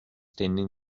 tending